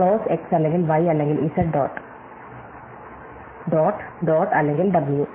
close x അല്ലെങ്കിൽ y അല്ലെങ്കിൽ z dot dot dot അല്ലെങ്കിൽ ഡബ്ല്യു